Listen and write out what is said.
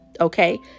okay